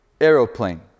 Aeroplane